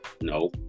no